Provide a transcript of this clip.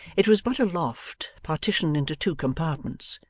it was but a loft partitioned into two compartments,